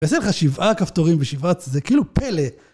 לעשות לך שבעה כפתורים בשבעה, זה כאילו פלא.